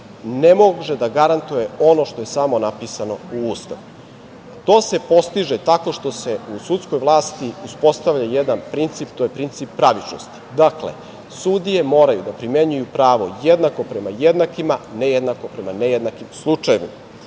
ne može da garantuje ono što je samo napisano u Ustavu. To se postiže tako što se u sudskoj vlasti uspostavlja jedan princip. To je princip pravičnosti. Dakle, sudije moraju da primenjuju pravo jednako prema jednakima, ne jednako prema nejednakim slučajevima.